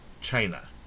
China